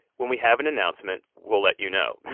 when we have an announcement, we'll let you know.